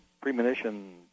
premonition